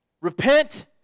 Repent